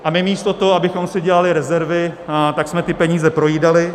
A my místo toho, abychom si dělali rezervy, tak jsme ty peníze projídali.